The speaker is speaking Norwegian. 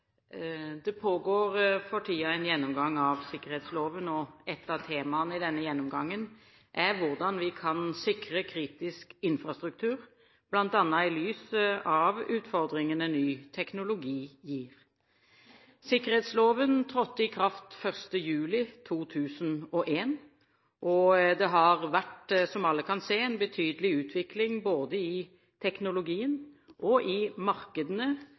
Det pågår for tiden en gjennomgang av sikkerhetsloven. Ett av temaene i denne gjennomgangen er hvordan vi kan sikre kritisk infrastruktur, bl.a. i lys av utfordringene ny teknologi gir. Sikkerhetsloven trådte i kraft 1. juli 2001, og det har, som alle kan se, vært en betydelig utvikling både i teknologien og i markedene